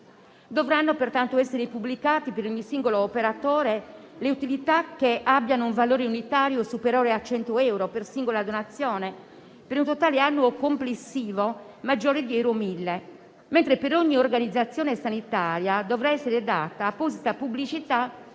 Dovranno pertanto essere pubblicati, per ogni singolo operatore, le utilità che abbiano un valore unitario superiore a 100 euro per singola donazione, per un totale annuo complessivo maggiore di 1.000 euro. Per ogni organizzazione sanitaria dovrà invece essere data apposita pubblicità